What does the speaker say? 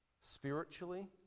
Spiritually